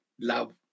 love